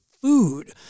food